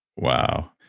wow.